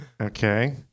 Okay